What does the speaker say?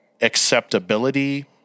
acceptability